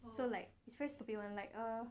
so like it's very stupid [one] like err